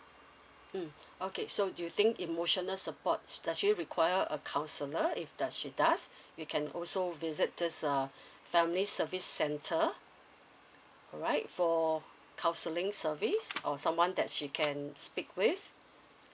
mm okay so do you think emotional support does she require a counsellor if does she does we can also visit this uh family service center alright for counseling service or someone that she can speak with